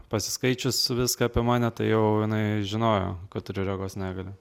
pasiskaičius viską apie mane tai jau jinai žinojo kad turiu regos negalią